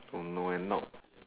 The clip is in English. oh no and not